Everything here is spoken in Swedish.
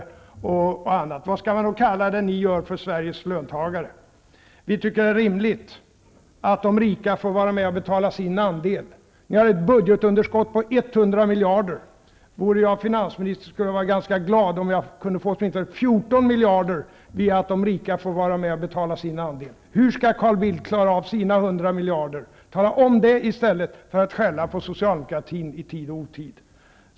Vad skall man då kalla det ni gör för Sveriges löntagare? Vi tycker att det är rimligt att de rika får vara med och betala sin andel. Ni har ett budgetunderskott på 100 miljarder. Vore jag finansminister skulle jag vara ganska glad om jag kunde få åtminstone 14 miljarder via att de rika får vara med och betala sin andel. Hur skall Carl Bildt klara av sina 100 miljarder? Tala om det, i stället för att skälla på Socialdemokraterna i tid och otid!